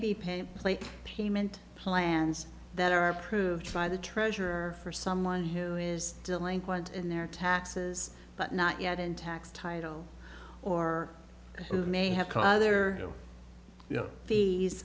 be paid late payment plans that are approved by the treasurer for someone who is delinquent in their taxes but not yet in tax title or who may have caused their fees